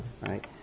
right